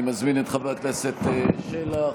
אני מזמין את חבר הכנסת שלח.